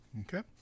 Okay